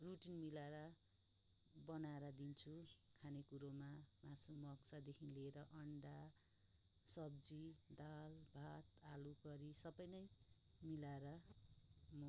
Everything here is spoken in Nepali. रुटिन मिलाएर बनाएर दिन्छु खाने कुरोमा मासु मङ्सदेखि लिएर अन्डा सब्जी दाल भात आलु करी सबै नै मिलाएर म